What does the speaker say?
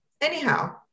Anyhow